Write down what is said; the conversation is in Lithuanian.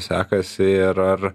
sekasi ir ar